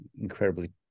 incredibly